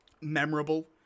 memorable